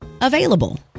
available